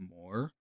more